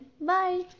bye